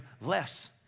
less